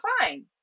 fine